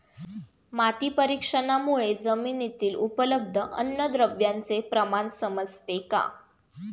माती परीक्षणामुळे जमिनीतील उपलब्ध अन्नद्रव्यांचे प्रमाण समजते का?